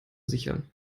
sichern